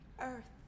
earth